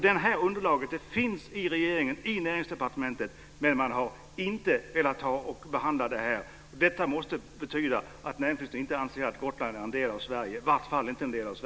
Det här underlaget finns alltså hos Näringsdepartementet men man har inte velat behandla detta. Det måste betyda att näringsministern inte anser att Gotland är en del av Sverige, i varje fall inte en del av